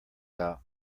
out